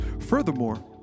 Furthermore